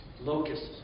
locusts